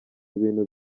ibintu